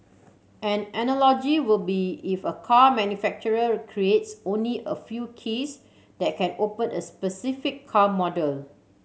an analogy will be if a car manufacturer creates only a few keys that can open a specific car model